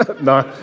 No